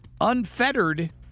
unfettered